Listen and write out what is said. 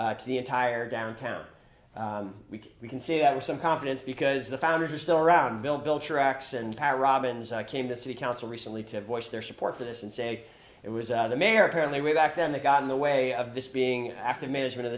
of the entire downtown we can see you have some confidence because the founders are still around bill bill tracks and power robins i came to city council recently to voice their support for this and say it was the mayor apparently way back then that got in the way of this being after management of